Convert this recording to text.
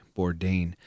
Bourdain